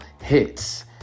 hits